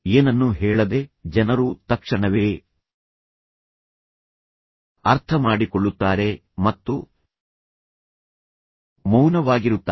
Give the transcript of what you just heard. ಏನನ್ನೂ ಹೇಳದೆ ಜನರು ತಕ್ಷಣವೇ ಅರ್ಥಮಾಡಿಕೊಳ್ಳುತ್ತಾರೆ ಮತ್ತು ಮೌನವಾಗಿರುತ್ತಾರೆ